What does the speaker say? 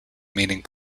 meaning